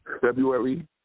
February